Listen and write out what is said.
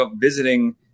visiting